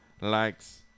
Likes